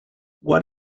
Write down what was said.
what